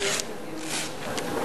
צריך לסיים את הדיון, ברשותך.